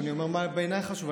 אני אומר מה בעיניי חשוב.